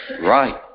right